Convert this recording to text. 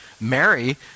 Mary